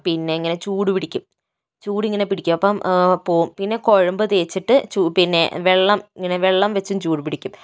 പിന്നെ ഇങ്ങനെ ചൂട് പിടിക്കും ചൂട് ഇങ്ങനെ പിടിക്കും അപ്പോൾ പോവും പിന്നെ കുഴമ്പ് തേച്ചിട്ട് പിന്നെ വെള്ളം ഇങ്ങനെ വെള്ളം വെച്ചും ചൂട് പിടിക്കും